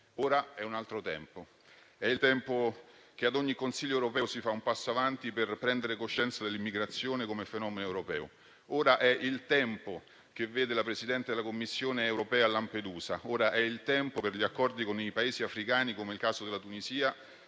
Ora è un altro tempo. È il tempo in cui a ogni Consiglio europeo si fa un passo avanti per prendere coscienza dell'immigrazione come fenomeno europeo. Ora è il tempo che vede la Presidente della Commissione europea a Lampedusa. Ora è il tempo per gli accordi con i Paesi africani, come nel caso della Tunisia,